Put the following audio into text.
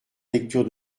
lecture